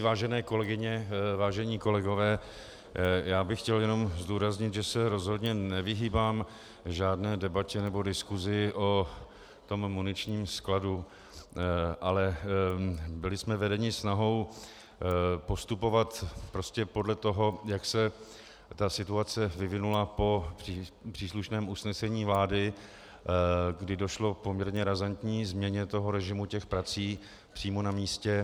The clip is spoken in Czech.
Vážené kolegyně, vážení kolegové, já bych chtěl jen zdůraznit, že se rozhodně nevyhýbám žádné debatě nebo diskusi o tom muničním skladu, ale byli jsme vedeni snahou postupovat podle toho, jak se situace vyvinula po příslušném usnesení vlády, kdy došlo k poměrně razantní změně režimu prací přímo na místě.